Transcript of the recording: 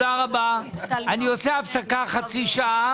הצבעה הצעת החוק אושרה.